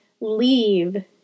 leave